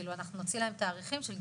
אנחנו נוציא להם תאריכים של דיווח.